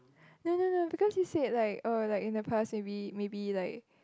no no no because you said like oh like in the past maybe maybe like